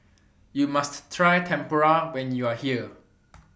YOU must Try Tempura when YOU Are here